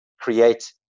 create